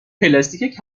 پلاستیک